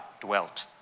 dwelt